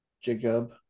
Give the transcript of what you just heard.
Jacob